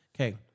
Okay